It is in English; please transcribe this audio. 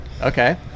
Okay